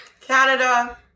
Canada